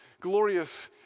glorious